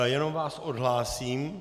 Jenom vás odhlásím.